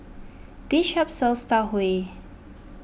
this shop sells Tau Huay